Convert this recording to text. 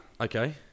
Okay